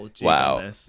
Wow